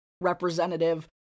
representative